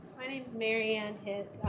my name's mary anne hitt.